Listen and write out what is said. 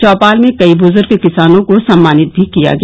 चौपाल में कई बुजुर्ग किसानों को सम्मानित भी किया गया